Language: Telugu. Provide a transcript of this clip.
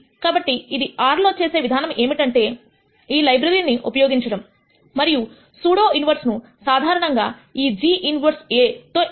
కాబట్టి ఇది R లో చేసే విధానం ఏమిటంటే ఈ లైబ్రరీ ఉపయోగించడం మరియు సూడో ఇన్వెర్స్ ను సాధారణంగా ఈ g ఇన్వెర్స్ a తో లెక్కిస్తారు